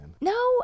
No